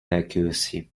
accuracy